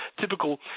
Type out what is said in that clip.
Typical